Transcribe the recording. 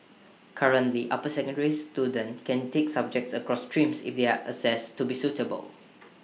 currently upper secondary students can take subjects across streams if they are assessed to be suitable